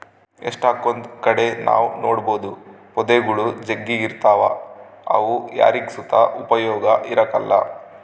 ಎಷ್ಟಕೊಂದ್ ಕಡೆ ನಾವ್ ನೋಡ್ಬೋದು ಪೊದೆಗುಳು ಜಗ್ಗಿ ಇರ್ತಾವ ಅವು ಯಾರಿಗ್ ಸುತ ಉಪಯೋಗ ಇರಕಲ್ಲ